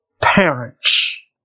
parents